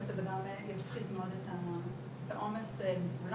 שזה גם יפחית מאוד את העומס מכולם,